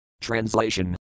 Translation